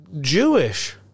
Jewish